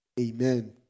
Amen